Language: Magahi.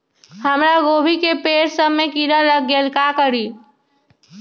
हमरा गोभी के पेड़ सब में किरा लग गेल का करी?